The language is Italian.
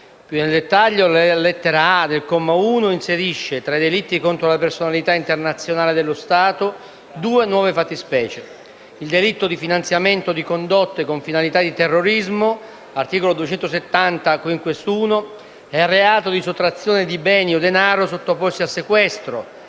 Più nel dettaglio, la lettera *a)* del comma 1 inserisce, tra i delitti contro la personalità internazionale dello Stato, due nuove fattispecie: il delitto di finanziamento di condotte con finalità di terrorismo (articolo 270-*quinquies*.l) e il reato di sottrazione di beni o denaro sottoposti a sequestro